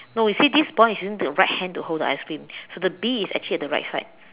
no you see this boy is using the right hand to hold the ice cream so the bee is actually at the right side